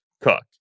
cook